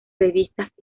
revistas